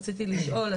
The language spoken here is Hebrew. רציתי לשאול,